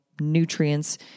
nutrients